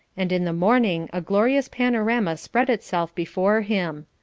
and in the morning a glorious panorama spread itself before him.